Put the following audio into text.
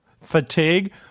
fatigue